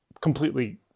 completely